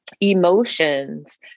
emotions